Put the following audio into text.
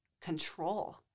control